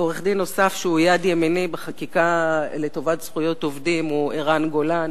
עורך-דין נוסף שהוא יד ימיני בחקיקה לטובת זכויות עובדים הוא ערן גולן,